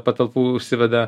patalpų užsiveda